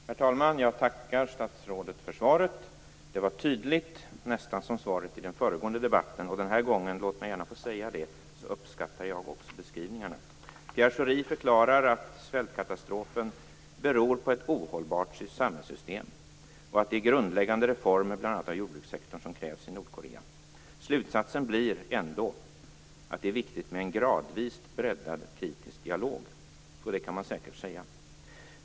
Herr talman! Jag tackar statsrådet för svaret. Det var tydligt, nästan som svaret i den föregående debatten, och denna gång - låt mig gärna få säga det - uppskattar jag också beskrivningarna. Pierre Schori förklarar att svältkatastrofen "beror på ett ohållbart samhällssystem" och "att det är grundläggande reformer, bl.a. av jordbrukssektorn, som krävs i Nordkorea". Slutsatsen blir ändå att det är viktigt med en gradvist breddad kritisk dialog - och det kan man säkert säga.